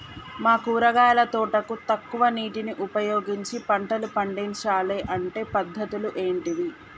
మా కూరగాయల తోటకు తక్కువ నీటిని ఉపయోగించి పంటలు పండించాలే అంటే పద్ధతులు ఏంటివి?